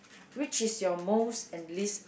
which is your most and least